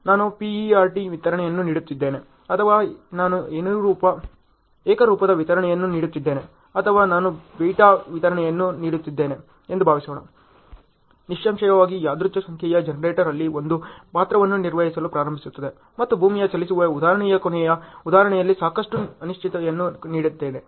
ನಾನು ಪಿಇಆರ್ಟಿ ವಿತರಣೆಯನ್ನು ನೀಡುತ್ತಿದ್ದೇನೆ ಅಥವಾ ನಾನು ಏಕರೂಪದ ವಿತರಣೆಯನ್ನು ನೀಡುತ್ತಿದ್ದೇನೆ ಅಥವಾ ನಾನು ಬೀಟಾ ವಿತರಣೆಯನ್ನು ನೀಡುತ್ತಿದ್ದೇನೆ ಎಂದು ಭಾವಿಸೋಣ ನಿಸ್ಸಂಶಯವಾಗಿ ಯಾದೃಚ್ ಸಂಖ್ಯೆಯ ಜನರೇಟರ್ ಅಲ್ಲಿ ಒಂದು ಪಾತ್ರವನ್ನು ನಿರ್ವಹಿಸಲು ಪ್ರಾರಂಭಿಸುತ್ತದೆ ಮತ್ತು ಭೂಮಿಯ ಚಲಿಸುವ ಉದಾಹರಣೆಯ ಕೊನೆಯ ಉದಾಹರಣೆಯಲ್ಲಿ ಸಾಕಷ್ಟು ಅನಿಶ್ಚಿತತೆಗಳನ್ನು ನೀಡಿದ್ದೇನೆ